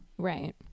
Right